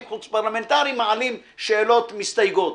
חוץ פרלמנטריים מעלים שאלות מסתייגות.